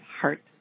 heart